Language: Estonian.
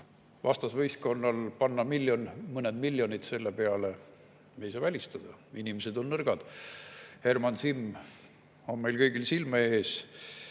vastasvõistkonnal panna miljon, mõned miljonid selle peale. Me ei saa seda välistada, inimesed on nõrgad. Herman Simm on meil kõigil silme ees.